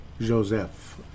Joseph